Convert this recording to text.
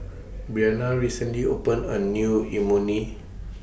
Briana recently opened A New Imoni